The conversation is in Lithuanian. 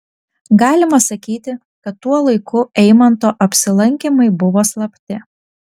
galima sakyti kad tuo laiku eimanto apsilankymai buvo slapti